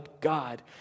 God